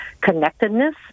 connectedness